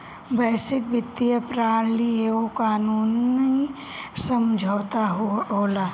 वैश्विक वित्तीय प्रणाली एगो कानूनी समुझौता होला